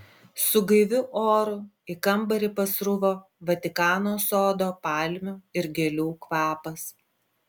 su gaiviu oru į kambarį pasruvo vatikano sodo palmių ir gėlių kvapas